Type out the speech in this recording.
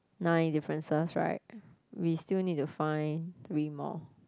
nine differences right we still need to find three more